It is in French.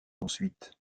ensuite